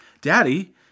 Daddy